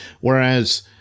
whereas